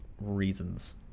reasons